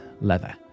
leather